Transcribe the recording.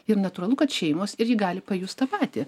ir natūralu kad šeimos irgi gali pajust tą patį